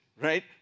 right